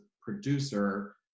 producer